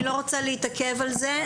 אני לא רוצה להתעכב על זה.